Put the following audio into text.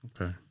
okay